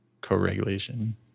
co-regulation